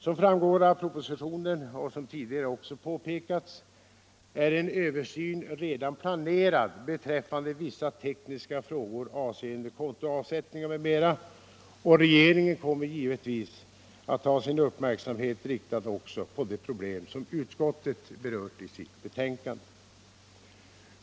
Som framgår av propositionen och som också påpekats tidigare är en översyn redan planerad beträffande vissa tekniska frågor om kontoavsättningar m.m., och regeringen kommer givetvis att ha sin uppmärksamhet riktad också på de problem som utskottet berört i sitt betänkande.